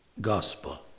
gospel